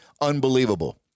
unbelievable